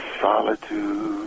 solitude